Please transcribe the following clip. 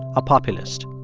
a populist.